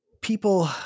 people